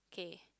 okay